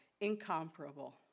incomparable